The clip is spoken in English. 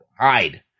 Hide